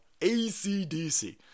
ACDC